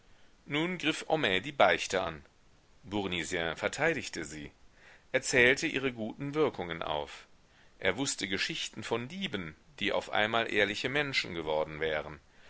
nun griff homais die beichte an bournisien verteidigte sie er zählte ihre guten wirkungen auf er wußte geschichten von dieben die auf einmal ehrliche menschen geworden wären